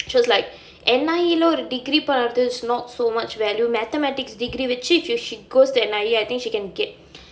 she was like N_I_E ஒரு:oru degree பண்றது:pandrathu not so much value mathematics degree வச்சு:vachu she goes to N_I_E I think she can get